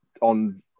on